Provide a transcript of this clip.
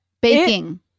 Baking